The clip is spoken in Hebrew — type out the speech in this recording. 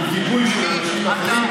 עם גיבוי של אנשים אחרים,